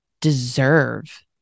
deserve